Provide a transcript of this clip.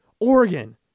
Oregon